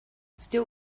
still